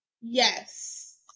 Yes